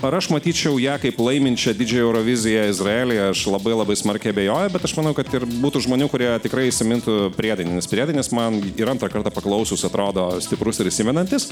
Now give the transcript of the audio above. ar aš matyčiau ją kaip laiminčią didžiąją euroviziją izraelyje aš labai labai smarkiai abejoju bet aš manau kad ir būtų žmonių kurie tikrai įsimintų priedainį nes priedainis man ir antrą kartą paklausius atrodo stiprus ir įsimenantis